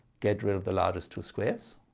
get rid of the largest two squares